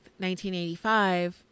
1985